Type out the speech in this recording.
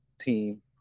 team